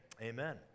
Amen